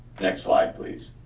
next slide, please.